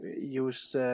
use